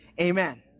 Amen